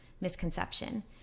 misconception